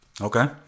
Okay